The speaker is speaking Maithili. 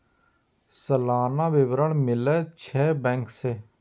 सलाना विवरण मिलै छै बैंक से?